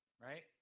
right